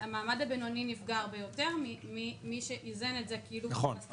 המעמד הבינוני נפגע הרבה יותר ממי שאיזן את זה מבחינה סטטיסטית.